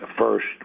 first